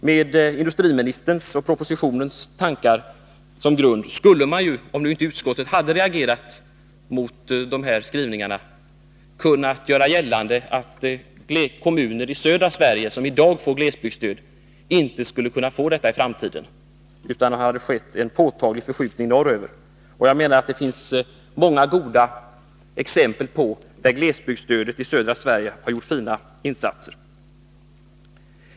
Med industriministerns och propositionens tankar som grund skulle man ju— om nu inte utskottet hade reagerat mot dessa skrivningar — kunna göra gällande att kommuner i södra Sverige, som i dag får glesbygdsstöd, inte skulle kunna få detta i framtiden, att det hade skett en påtaglig förskjutning norröver. Jag menar att det finns många goda exempel på att glesbygdsstödet i södra Sverige har gjort fina insatser.